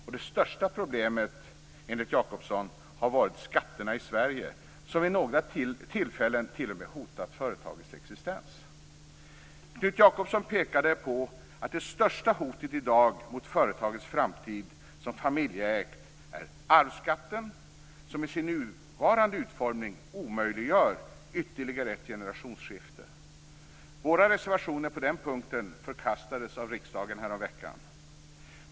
Och det största problemet enligt Jakobsson har varit skatterna i Sverige som vid några tillfällen t.o.m. har hotat företagets existens. Knut Jakobsson pekade på att det största hotet i dag mot företagets framtid som familjeägt är arvsskatten, som i sin nuvarande utformning omöjliggör ytterligare ett generationsskifte. Våra reservationer på den punkten förkastades av riksdagen häromveckan.